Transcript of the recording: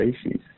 species